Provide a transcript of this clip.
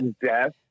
death